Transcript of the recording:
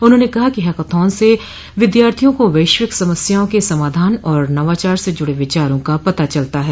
उन्होंने कहा कि हैकथॉन स विद्यार्थियों को वैश्विक समस्याओं के समाधान और नवाचार से जुड़े विचारों का पता चलता है